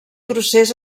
procés